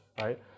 right